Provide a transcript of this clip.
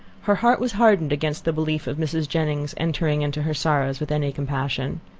her heart was hardened against the belief of mrs. jennings's entering into her sorrows with any compassion.